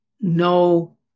no